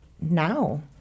Now